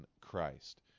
Christ